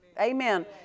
Amen